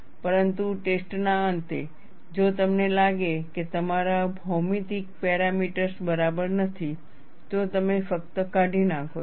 પરંતુ ટેસ્ટના અંતે જો તમને લાગે કે તમારા ભૌમિતિક પેરામીટર્સ બરાબર નથી તો તમે ફક્ત કાઢી નાખો છો